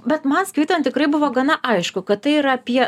bet man skaitant tikrai buvo gana aišku kad tai yra apie